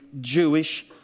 Jewish